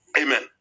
Amen